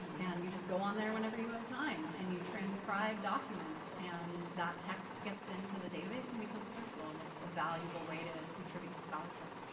and you just go on there whenever you have time and you transcribe documents and that text gets into the database and becomes searchable and it's a valuable way to contribute to scholarship.